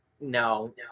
no